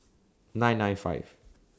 nine nine five